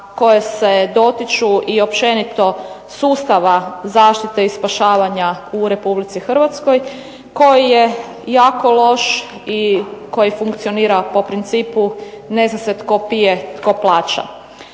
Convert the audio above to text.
koje se dotiču i općenito sustava zaštite i spašavanja u Republici Hrvatskoj, koji je jako loš i koji funkcionira po principu ne zna se tko pije, tko plaća.